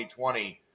2020